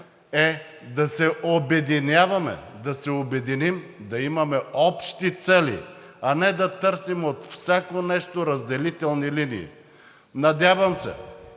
Така че призивът ни е: да се обединим, да имаме общи цели, а не да търсим от всяко нещо разделителни линии! Надявам се